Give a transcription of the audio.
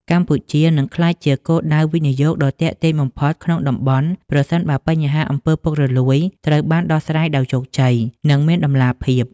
កម្ពុជានឹងក្លាយជាគោលដៅវិនិយោគដ៏ទាក់ទាញបំផុតក្នុងតំបន់ ប្រសិនបើបញ្ហា អំពើពុករលួយ ត្រូវបានដោះស្រាយដោយជោគជ័យ និងមានតម្លាភាព។